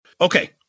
Okay